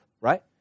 right